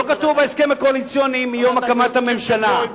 לא כתוב בהסכם הקואליציוני מיום הקמת הממשלה.